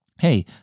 Hey